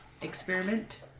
experiment